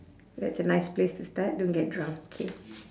that's a nice place to start don't get drunk K